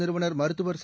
நிறுவனர் மருத்துவர் ச